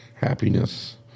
happiness